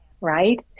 right